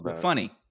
Funny